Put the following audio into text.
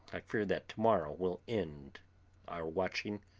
fear that to-morrow will end our watching,